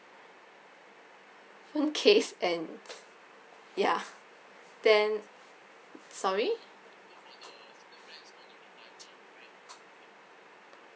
phone case and ya then sorry